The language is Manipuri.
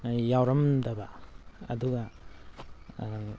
ꯌꯥꯎꯔꯝꯗꯕ ꯑꯗꯨꯒ